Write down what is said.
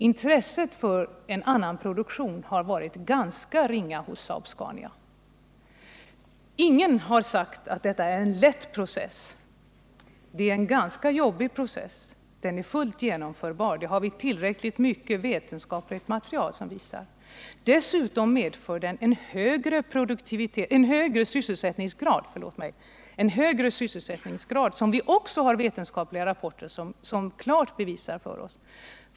Intresset för annan produktion har varit ganska ringa hos Saab-Scania. Ingen har sagt att detta är en lätt process. Det är en ganska jobbig process. Den är fullt genomförbar. Det har vi tillräckligt mycket vetenskapligt material som visar. Dessutom medför den en högre sysselsättningsgrad, vilket vetenskapliga rapporter också klart bevisar för oss.